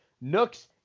Nooks